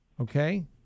Okay